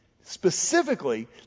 specifically